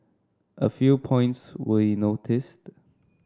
a few points we noticed